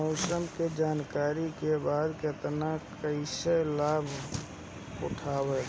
मौसम के जानकरी के बाद किसान कैसे लाभ उठाएं?